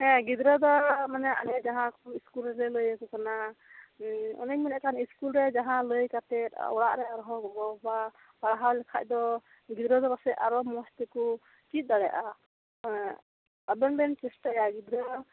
ᱦᱮᱸ ᱜᱤᱫᱽᱨᱟᱹ ᱫᱚ ᱟᱞᱮ ᱡᱟᱦᱟᱸ ᱠᱚ ᱤᱥᱠᱩᱞ ᱨᱮᱞᱮ ᱞᱟᱹᱭ ᱟᱠᱚ ᱠᱟᱱᱟ ᱚᱱᱮᱧ ᱞᱟᱹᱭᱮᱫ ᱤᱥᱠᱩᱞ ᱨᱮ ᱡᱟᱦᱟᱸ ᱞᱟᱹᱭ ᱠᱟᱛᱮ ᱚᱲᱟᱜ ᱨᱮ ᱟᱨᱦᱚᱸ ᱜᱚᱜᱚᱼᱵᱟᱵᱟ ᱯᱟᱲᱦᱟᱣ ᱞᱮᱠᱷᱟᱡ ᱫᱚ ᱜᱤᱫᱽᱨᱟᱹ ᱫᱚ ᱯᱟᱞᱮᱠᱷᱟᱱ ᱟᱨᱦᱚᱸ ᱱᱟᱯᱟᱭᱛᱮ ᱪᱤᱫ ᱫᱟᱲᱤᱭᱟᱜᱼᱟ ᱟᱵᱮᱱ ᱵᱮᱱ ᱪᱮᱥᱴᱟᱭᱟ ᱜᱤᱫᱽᱨᱟᱹ